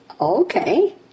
Okay